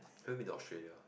have you been to Australia